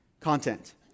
content